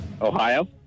Ohio